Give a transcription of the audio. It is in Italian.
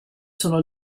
sono